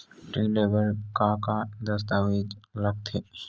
ऋण ले बर का का दस्तावेज लगथे?